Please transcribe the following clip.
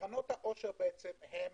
קרנות העושק הן